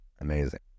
amazing